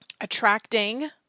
attracting